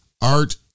art